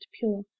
pure